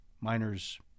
Miners